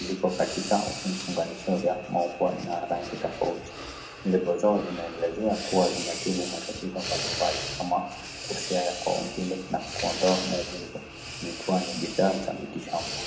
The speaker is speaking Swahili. Ziko katika ufunganisho vya maumbo na rangi tofauti. Lebo zao zinaelezea kuwa zinatibu matatizo mbalimbali kama kusia ya kwa umbile na kuondoa maumivu, zikiwa ni bidhaa za miti shamba.